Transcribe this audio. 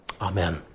Amen